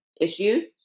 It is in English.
issues